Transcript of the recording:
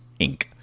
Inc